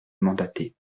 mandaté